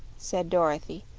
said dorothy.